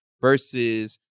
versus